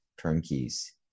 turnkeys